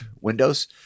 Windows